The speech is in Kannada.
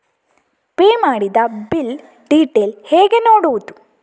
ಪೇ ಮಾಡಿದ ಬಿಲ್ ಡೀಟೇಲ್ ಹೇಗೆ ನೋಡುವುದು?